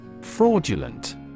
Fraudulent